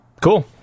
Cool